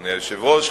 אדוני היושב-ראש.